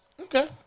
Okay